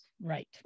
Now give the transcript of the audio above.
right